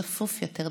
צפוף יותר,